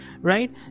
right